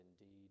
indeed